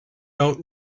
out